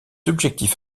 objectifs